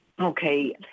Okay